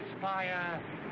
fire